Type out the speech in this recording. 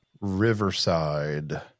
Riverside